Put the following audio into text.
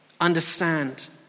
understand